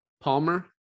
Palmer